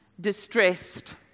distressed